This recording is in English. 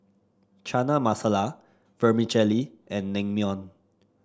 Chana Masala Vermicelli and Naengmyeon